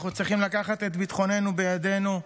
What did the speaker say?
אנחנו צריכים לקחת את ביטחוננו בידנו.